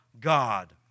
God